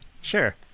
Sure